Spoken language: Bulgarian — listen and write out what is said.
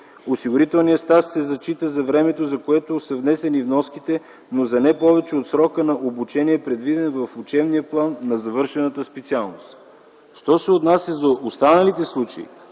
Осигурителният стаж се зачита за времето, за което са внесени вноските, но за не повече от срока на обучение, предвиден в учебния план на завършената специалност. Що се отнася до останалите случаи,